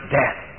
death